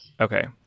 Okay